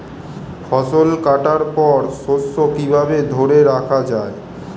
ফসল কাটার পর শস্য কিভাবে ধরে রাখা য়ায়?